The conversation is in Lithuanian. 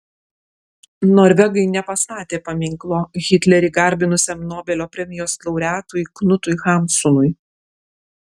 norvegai nepastatė paminklo hitlerį garbinusiam nobelio premijos laureatui knutui hamsunui